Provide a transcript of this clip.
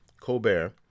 Colbert